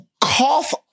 cough